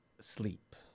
sleep